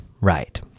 right